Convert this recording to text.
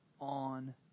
on